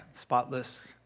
spotless